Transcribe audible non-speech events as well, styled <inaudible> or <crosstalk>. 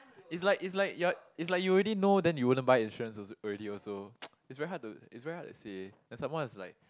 it's like it's like you're it's like you already know then you wouldn't buy insurance also already also <noise> it's very hard to it's very hard to say then some more it's like